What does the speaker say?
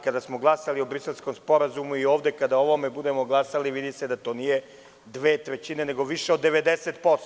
Kada smo glasali o Briselskom sporazumu i ovde kada o ovome budemo glasali vidi se da to nije dve trećine, nego više od 90%